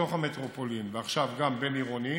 בתוך המטרופולין, ועכשיו גם בין-עירוני,